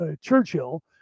Churchill